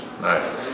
Nice